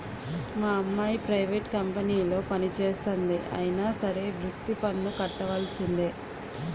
మా అమ్మాయి ప్రైవేట్ కంపెనీలో పనిచేస్తంది అయినా సరే వృత్తి పన్ను కట్టవలిసిందే